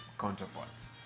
counterparts